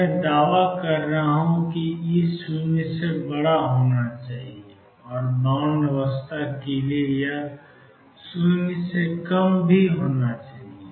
अब मैं दावा कर रहा हूं कि E 0 से बड़ा होना चाहिए और बाउंड अवस्था के लिए यह 0 से कम होना चाहिए